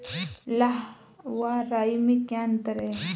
लाह व राई में क्या अंतर है?